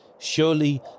Surely